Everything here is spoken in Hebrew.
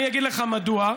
אני אגיד לך מדוע,